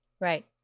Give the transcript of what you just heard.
Right